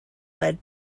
led